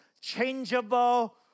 changeable